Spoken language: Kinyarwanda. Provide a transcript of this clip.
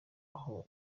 aho